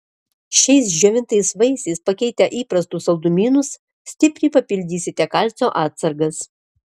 šiais džiovintais vaisiais pakeitę įprastus saldumynus stipriai papildysite kalcio atsargas